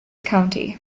county